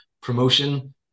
Promotion